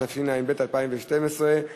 התשע"ב 2012,